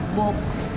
books